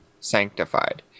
sanctified